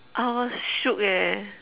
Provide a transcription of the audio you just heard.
I was shook leh